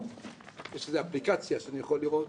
יש איזו אפליקציה שאני יכול לראות,